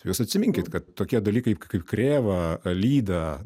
jūs atsiminkit kad tokie dalykai kaip krėva lyda